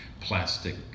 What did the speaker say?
plastic